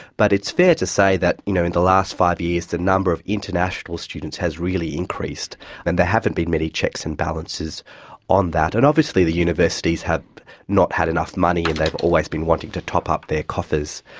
but it's fair to say that you know in the last five years the number of international students has really increased and there haven't been many checks and balances on that. and obviously the universities have not had enough money and they've always been wanting to top up their coffers.